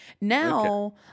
Now